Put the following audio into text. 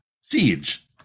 siege